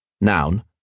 Noun